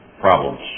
problems